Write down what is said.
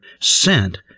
sent